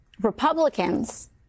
Republicans